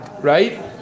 Right